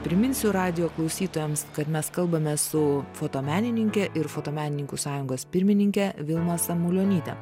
priminsiu radijo klausytojams kad mes kalbame su fotomenininke ir fotomenininkų sąjungos pirmininke vilma samulionyte